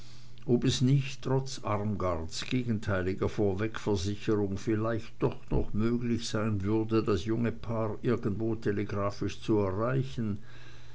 ob es nicht trotz armgards gegenteiliger vorwegversicherung vielleicht doch noch möglich sein würde das junge paar irgendwo telegraphisch zu erreichen